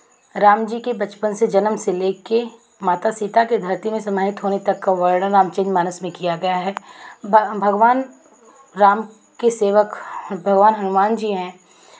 राम जी के बचपन से जन्म से लेके माता सीता के धरती में समाहित होने तक का वर्णन रामचारितमानस में किया गया है भगवान राम के सेवक भगवान हनुमान जी हैं